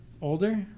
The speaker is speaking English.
older